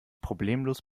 problemlos